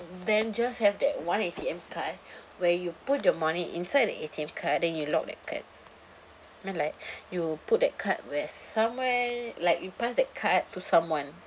then just have that one A_T_M card where you put your money inside the A_T_M card then you lock that card ma like you put that card where somewhere like you pass that card to someone